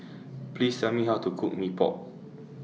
Please Tell Me How to Cook Mee Pok